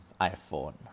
iPhone